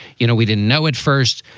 you know, we didn't know at first.